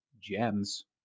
gems